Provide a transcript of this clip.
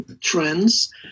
trends